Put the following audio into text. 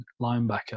linebacker